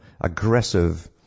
aggressive